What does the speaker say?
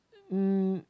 mm